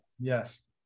yes